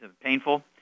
painful